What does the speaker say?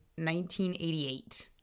1988